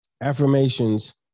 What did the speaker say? affirmations